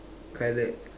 colored